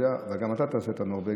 אבל אם גם אתה תעשה את הנורבגי,